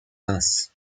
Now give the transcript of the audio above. reims